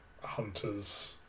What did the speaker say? Hunters